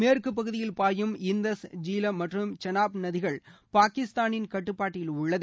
மேற்குப்பகுதியில் பாயும் இந்தஸ் ஜீலம் மற்றும் செனாப் நதிகள் பாகிஸ்தானின் கட்டுப்பாட்டில் உள்ளது